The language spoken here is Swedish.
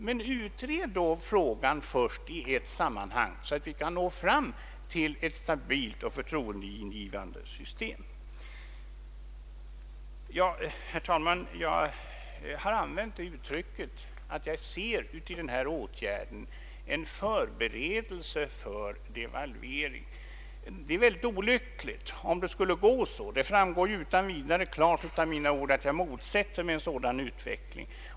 Men utred då frågan i ett sammanhang så att vi kan nå fram till ett stabilt och förtroendeingivande system! Herr talman! Jag har använt uttrycket att jag i den föreslagna åtgärden ser en förberedelse för devalvering. Det är mycket olyckligt, om det skulle gå så långt. Det framgår utan vidare klart av mina ord, att jag motsätter mig en sådan utveckling.